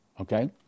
Okay